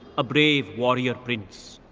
a brave warrior prince.